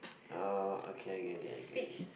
oh okay I get it I get it